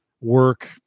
work